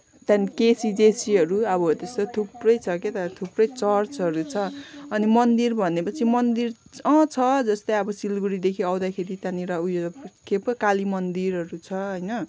त्यहाँदेखि केजिजेचीहरू अब हो त्यस्तो थुप्रै छ के त थुप्रै चर्चहरू छ अनि मन्दिर भने पछि मन्दिर अँ छ जस्तै अब सिलगढीदेखि आउँदाखेरि त्यहाँनिर उयो के पो कालीमन्दिरहरू छ होइन